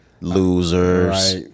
Losers